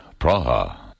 Praha